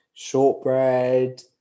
Shortbread